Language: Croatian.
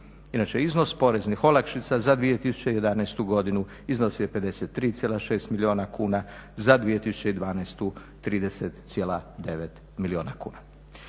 Inače iznos poreznih olakšica za 2011.godinu iznosio je 53,6 milijuna kuna, za 2012.godinu 30,9 milijuna kuna.